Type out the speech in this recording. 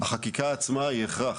החקיקה עצמה היא הכרח,